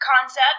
concept